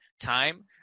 time